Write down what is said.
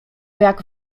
jak